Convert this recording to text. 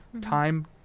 time